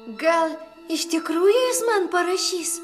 gal iš tikrųjų jis man parašys